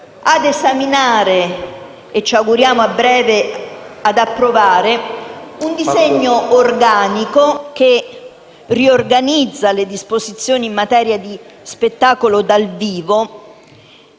a esaminare - e ci auguriamo ad approvare a breve - un disegno organico che riorganizza le disposizioni in materia di spettacolo dal vivo